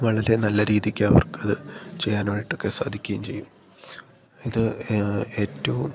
വളരെ നല്ല രീതിക്കവർക്കത് ചെയ്യാനായിട്ടൊക്കെ സാധിക്കുകയും ചെയ്യും ഇത് ഏറ്റവും